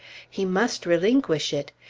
he must relinquish it.